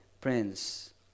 Prince